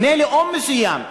בני לאום מסוים,